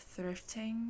thrifting